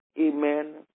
Amen